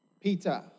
Peter